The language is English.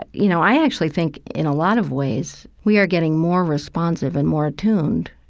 but you know, i actually think in a lot of ways we are getting more responsive and more attuned.